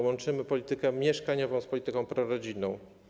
Łączymy politykę mieszkaniową z polityką prorodzinną.